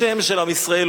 השם של עם ישראל,